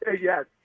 Yes